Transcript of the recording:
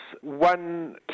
one